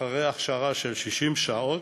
אחרי הכשרה של 60 שעות,